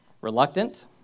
reluctant